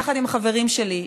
יחד עם חברים שלי,